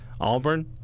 Auburn